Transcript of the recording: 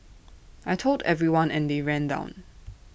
I Told everyone and they ran down